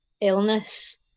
illness